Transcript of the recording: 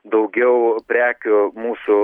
daugiau prekių mūsų